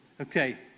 Okay